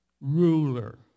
ruler